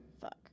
Fuck